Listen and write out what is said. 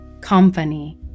company